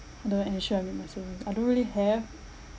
do you have insurance or investment I don't really have